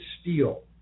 steel